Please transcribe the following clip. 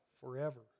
forever